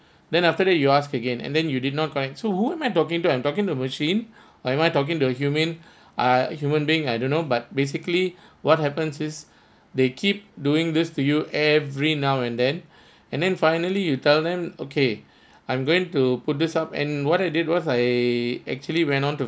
then after that you ask again and then you did not connect so who am I talking to I'm talking to machine or am I talking to the human ah human being I don't know but basically what happen is they keep doing this to you every now and then and then finally you tell them okay I'm going to put this up and what I did was I actually went on to